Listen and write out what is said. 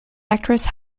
actress